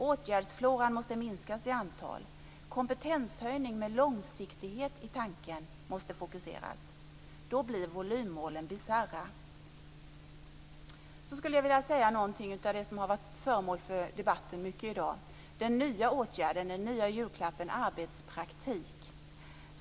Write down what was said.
Åtgärdsfloran måste minskas i antal, kompetenshöjning med långsiktighet i tanken måste fokuseras. Då blir volymmålen bisarra. Så skulle jag vilja säga något om det som varit föremål för debatten i dag, den nya åtgärden och julklappen arbetspraktik.